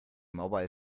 mobile